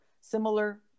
similar